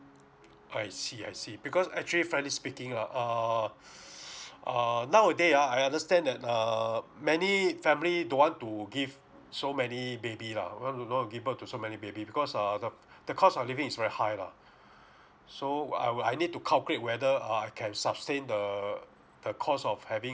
I see I see because actually frankly speaking ah err err nowaday ah I understand that err many family don't want to give so many baby lah don't want don't want to give birth to so many baby because uh the cost of living is very high lah so I will I need to calculate whether uh I can sustain the the cost of having